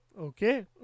Okay